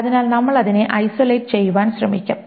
അതിനാൽ നമ്മൾ അതിനെ ഐസൊലേറ്റ് ചെയ്യുവാൻ ശ്രമിക്കും